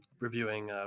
reviewing